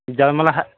ਜਲ ਮਲ ਹ